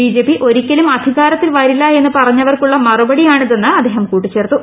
BJP ഒരിക്കലും അധ്നിക്ടാരത്തിൽ വരില്ല എന്ന് പറഞ്ഞവർക്കുള്ള മറുപടി ആണിതെന്നു് അദ്ദേഹം കൂട്ടിച്ചേർത്തു